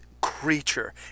creature